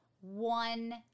one